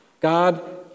God